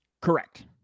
Correct